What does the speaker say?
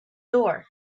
door